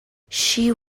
she